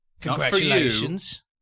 Congratulations